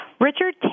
Richard